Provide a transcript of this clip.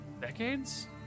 Decades